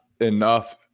enough